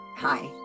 Hi